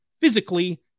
physically